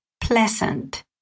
pleasant